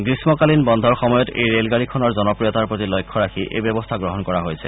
গ্ৰীম্মকালীন বন্ধৰ সময়ত এই ৰেলগাড়ীখনৰ জনপ্ৰিয়তাৰ প্ৰতি লক্ষ্য ৰাখি এই ব্যৱস্থা গ্ৰহণ কৰা হৈছে